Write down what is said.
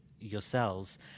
yourselves